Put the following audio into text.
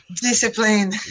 Discipline